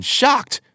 shocked